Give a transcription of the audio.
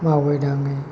मावै दाङै